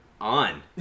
on